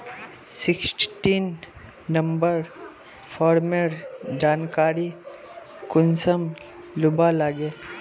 Sixteen number farmer जानकारी कुंसम लुबा लागे?